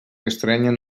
estrenyen